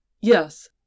Yes